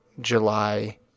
July